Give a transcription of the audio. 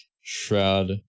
shroud